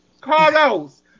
Carlos